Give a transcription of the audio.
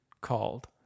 called